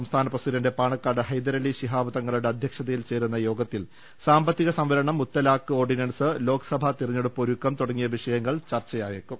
സംസ്ഥാന പ്രസിഡന്റ് പാണക്കാട് ഹൈദരലി ശിഹാബ് തങ്ങളുടെ അധ്യ ക്ഷതയിൽ ചേരുന്ന യോഗത്തിൽ സാമ്പത്തിക സംവരണം മുത്തലാഖ് ഓർഡിനൻസ് ലോക്സഭാ തിരഞ്ഞെടുപ്പ് ഒരുക്കം തുടങ്ങിയ വിഷയങ്ങൾ ചർച്ചയാകും